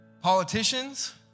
politicians